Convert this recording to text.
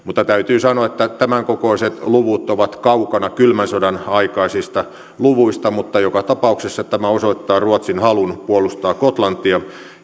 täytyy sanoa että tämän kokoiset luvut ovat kaukana kylmän sodan aikaisista luvuista mutta joka tapauksessa tämä osoittaa ruotsin halun puolustaa gotlantia